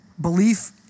belief